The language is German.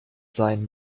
sein